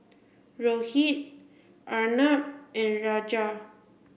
Rohit Arnab and Rajan